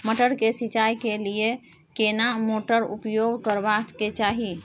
मटर के सिंचाई के लिये केना मोटर उपयोग करबा के चाही?